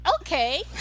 Okay